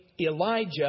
Elijah